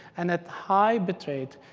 and at high bitrate,